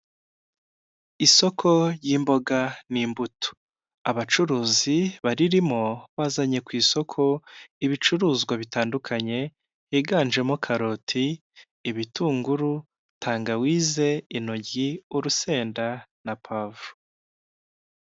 Isoko ry'imboga n'imbuto, abacuruzi baririmo bazanye ku isoko ibicuruzwa bitandukanye, higanjemo karoti, ibitunguru, tangawize, intoryi, urusenda na pavuro.